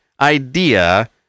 idea